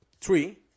three